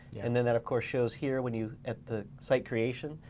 and then that of course shows here when you, at the site creation,